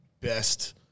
best